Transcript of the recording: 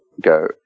go